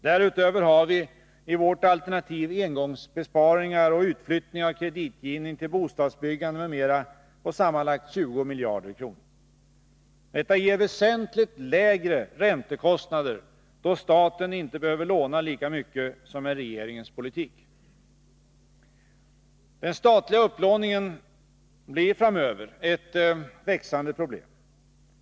Därutöver har vi i vårt alternativ engångsbesparingar och utflyttning av kreditgivning till bostadsbyggande m.m. på sammanlagt 20 miljarder. Detta ger väsentligt lägre räntekostnader, då staten inte behöver låna lika mycket som med regeringens politik. Den statliga upplåningen blir framöver ett växande problem.